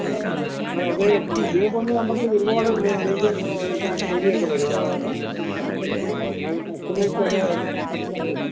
ആ ആ അതേ ശീമപ്പന്നി ആവുമ്പോഴത്തേക്ക് ഒരുപാട് നൈയ്യും തൊലി ഒക്കെ വരും അത് ബുദ്ധിമുട്ടാണ് ഞങ്ങൾക്ക് കസ്റ്റമേഴ്സൊക്കെ കഴിക്കാതെ വരും